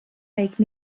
make